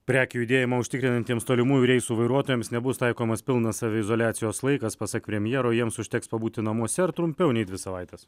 prekių judėjimą užtikrinantiems tolimųjų reisų vairuotojams nebus taikomas pilnas saviizoliacijos laikas pasak premjero jiems užteks pabūti namuose ir trumpiau nei dvi savaites